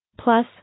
Plus